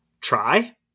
try